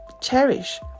cherish